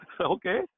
okay